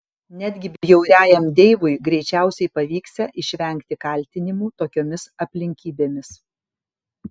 netgi bjauriajam deivui greičiausiai pavyksią išvengti kaltinimų tokiomis aplinkybėmis